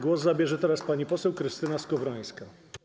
Głos zabierze teraz pani poseł Krystyna Skowrońska.